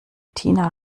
tina